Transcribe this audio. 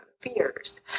fears